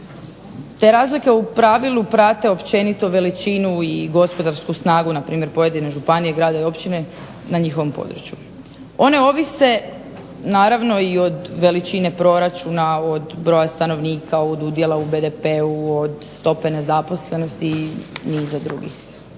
Te razlike u pravilu prate općenito veličinu i gospodarsku snagu npr. pojedine županije, grada i općine na njihovom području. One ovise naravno i od veličine proračuna, od broja stanovnika, od udjela u BDP-u, od stope nezaposlenosti i niza drugih